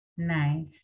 Nice